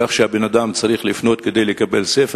כך שהבן-אדם צריך לפנות כדי לקבל ספר